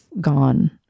gone